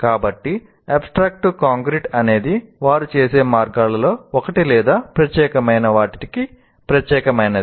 కాబట్టి ఆబ్స్ట్రాక్ట్ నుండి కాంక్రీటు అనేది వారు చేసే మార్గాలలో ఒకటి లేదా ప్రత్యేకమైన వాటికి ప్రత్యేకమైనది